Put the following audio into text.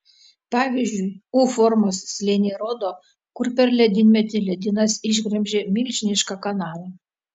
pavyzdžiui u formos slėniai rodo kur per ledynmetį ledynas išgremžė milžinišką kanalą